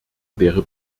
wäre